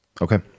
okay